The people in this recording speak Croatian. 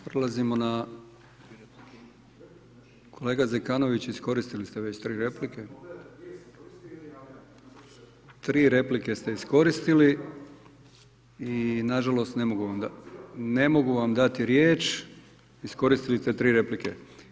Prelazimo na, kolega Zekanović, iskoristili ste već tri replike. … [[Upadica Zekanović, ne čuje se.]] Tri replike ste iskoristili i nažalost ne mogu vam dati riječ, iskoristili ste tri replike.